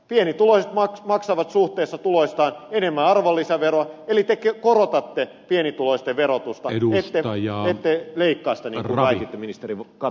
pienituloiset maksavat suhteessa tuloistaan enemmän arvonlisäveroa eli te korotatte pienituloisten verotusta ette leikkaa sitä niin kuin väititte ministeri katainen